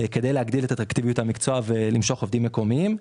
כדי להגדיל את אטרקטיביות המקצוע ולמשוך עובדים מקומיים.